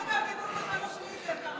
ככה דיברו גם בזמנו של היטלר,